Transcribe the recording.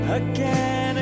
again